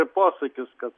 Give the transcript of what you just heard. posakis kad